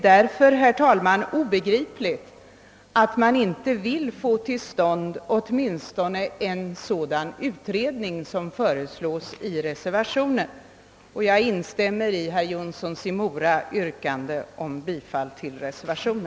Av det anförda framgår att jag anser det obegripligt att utskottsmajoriteten inte vill förorda åtminstone en sådan utredning som föreslås i reservationen. Jag instämmer i herr Jonssons yrkande om bifall till denna.